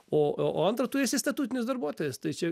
o o o antra tu esi statutinis darbuotojas tai čia